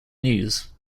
news